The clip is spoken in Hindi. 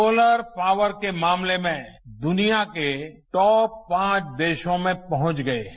सोलर पावर के मामले में दुनिया के टॉप पांच देशों में पहुंच गये हैं